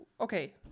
okay